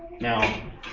now